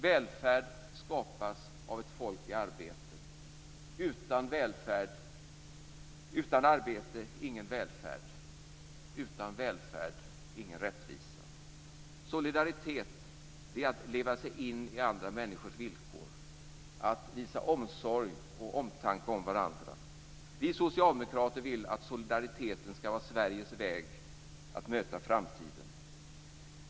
Välfärd skapas av ett folk i arbete. Utan arbete, ingen välfärd. Utan välfärd, ingen rättvisa. Solidaritet är att leva sig in i andra människors villkor, att visa omsorg och omtanke om varandra. Vi socialdemokrater vill att solidariteten skall vara Sveriges väg att möta framtiden.